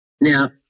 Now